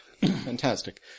Fantastic